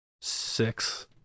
Six